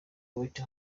white